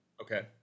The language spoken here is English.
okay